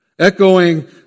Echoing